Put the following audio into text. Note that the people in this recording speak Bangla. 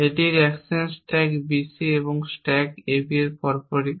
এটি অ্যাকশন স্ট্যাক BC এবং স্ট্যাক AB এর পরপরই